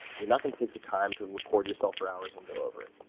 you're not gonna take the time to record yourself for hours and go over it,